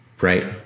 right